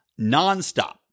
nonstop